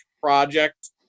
project